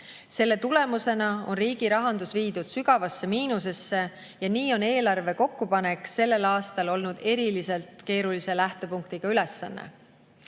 Selle tulemusena on riigi rahandus viidud sügavasse miinusesse ja nii on eelarve kokkupanek sellel aastal olnud eriliselt keerulise lähtepunktiga ülesanne.